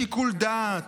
בשיקול דעת,